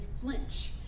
flinch